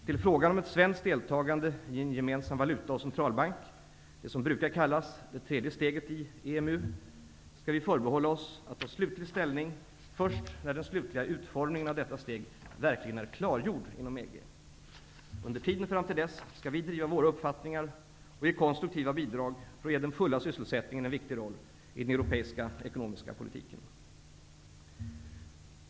Till frågan om ett svenskt deltagande i en gemensam valuta och centralbank -- det som brukar kallas det tredje steget i EMU -- skall vi förbehålla oss att ta slutlig ställning först när den slutliga utformningen av detta steg verkligen är klargjord inom EG. Under tiden fram till dess skall vi driva våra uppfattningar och ge konstruktiva bidrag för att ge den fulla sysselsättningen en viktig roll i den europeiska ekonomiska politiken.